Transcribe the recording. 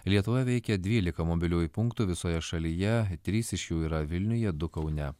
lietuvoje veikė dvylika mobiliųjų punktų visoje šalyje trys iš jų yra vilniuje du kaune